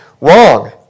wrong